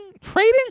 Trading